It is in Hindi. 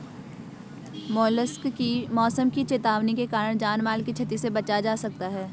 मौसम की चेतावनी के कारण जान माल की छती से बचा जा सकता है